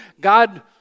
God